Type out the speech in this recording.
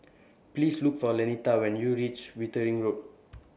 Please Look For Lanita when YOU REACH Wittering Road